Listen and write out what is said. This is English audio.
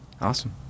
Awesome